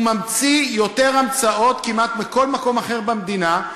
הוא ממציא יותר המצאות כמעט מכל מקום אחר במדינה,